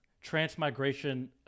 transmigration